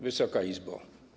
Wysoka Izbo!